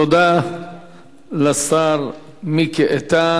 תודה לשר מיקי איתן.